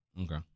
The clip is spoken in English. Okay